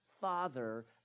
father